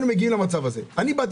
הוא צו